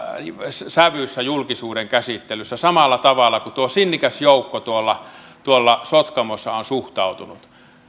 sävyssä julkisuuden käsittelyssä samalla tavalla kuin tuo sinnikäs joukko tuolla tuolla sotkamossa on suhtautunut niin